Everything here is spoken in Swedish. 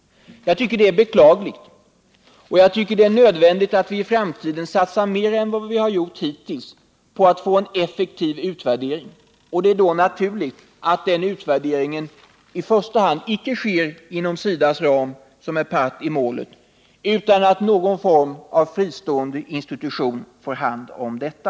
Jag tycker det är beklagligt, och det är nödvändigt att vi i framtiden satsar mer än vi har gjort hittills på att få en effektiv utvärdering. Det är naturligt att utvärderingen i första hand icke sker inom SIDA:s ram, som är part i målet, utan att någon form av fristående institution får hand om detta.